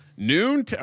Noon